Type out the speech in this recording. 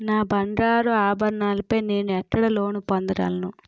నా బంగారు ఆభరణాలపై నేను ఎక్కడ లోన్ పొందగలను?